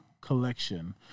collection